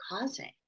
causing